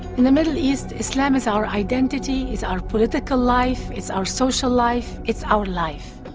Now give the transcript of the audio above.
in the middle east islam is our identity is our political life is our social life. it's our life